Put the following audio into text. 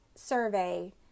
survey